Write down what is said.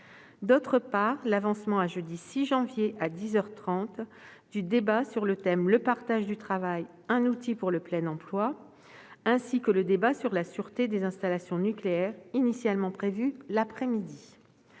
d'autre part, l'avancement au jeudi 6 janvier, à dix heures trente, du débat sur le thème « Le partage du travail : un outil pour le plein emploi ?», ainsi que du débat sur la sûreté des installations nucléaires, initialement prévus l'après-midi.